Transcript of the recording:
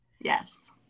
Yes